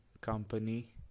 company